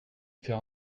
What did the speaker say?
faire